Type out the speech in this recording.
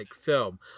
film